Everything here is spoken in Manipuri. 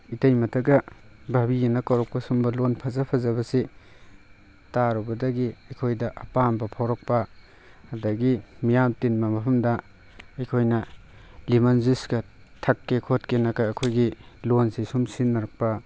ꯏꯇꯩꯃꯗꯒ ꯚꯥꯚꯤ ꯍꯥꯏꯅ ꯀꯧꯔꯛꯄ ꯁꯨꯝꯕ ꯂꯣꯟ ꯐꯖ ꯐꯖꯕꯁꯦ ꯇꯥꯔꯨꯕꯗꯒꯤ ꯑꯩꯈꯣꯏꯗ ꯑꯄꯥꯝꯕ ꯐꯥꯎꯔꯛꯄ ꯑꯗꯨꯗꯒꯤ ꯃꯤꯌꯥꯝ ꯇꯤꯟꯕ ꯃꯐꯝꯗ ꯑꯩꯈꯣꯏꯅ ꯂꯤꯃꯟ ꯖꯨꯁꯀ ꯊꯥꯛꯀꯦ ꯈꯣꯠꯀꯦꯅꯀ ꯑꯩꯈꯣꯏꯒꯤ ꯂꯣꯟꯁꯤ ꯁꯨꯝ ꯁꯤꯖꯤꯟꯅꯔꯛꯄ